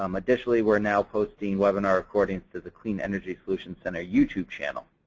um additionally, we're now posting webinar recordings to the clean energy solutions center youtube channel.